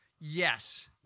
Yes